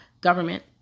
government